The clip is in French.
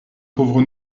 pauvre